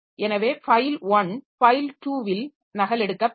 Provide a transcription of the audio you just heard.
எனவே file 1 file 2 ல் நகலெடுக்கப்படும்